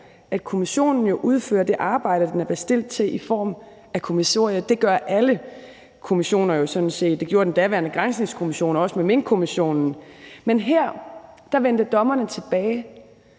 at kommissionen udfører det arbejde, den er bestilt til i form af kommissoriet. Det gør alle kommissioner jo sådan set. Det gjorde den daværende granskningskommission Minkkommissionen også, men her vendte dommerne tilbage